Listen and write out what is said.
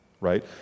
Right